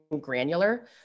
granular